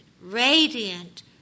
radiant